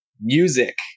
music